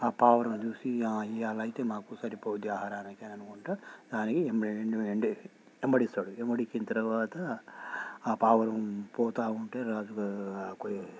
ఆ పావురం చూసి ఆ ఇవాళయితే మాకు సరిపోతుంది ఆహారానికి అననుకుంటూ దానికి వెంబడిస్తాడు వెంబడిచ్చిన తర్వాత ఆ పావురం పోతూ ఉంటే రాజుగా కొయ్